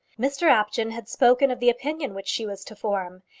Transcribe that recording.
mr apjohn had spoken of the opinion which she was to form,